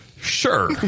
Sure